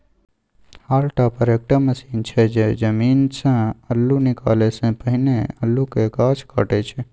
hall टॉपर एकटा machine छै जे जमीनसँ अल्लु निकालै सँ पहिने अल्लुक गाछ काटय छै